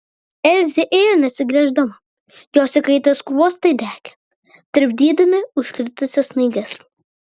elzė ėjo neatsigręždama jos įkaitę skruostai degė tirpdydami užkritusias snaiges